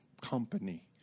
company